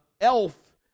elf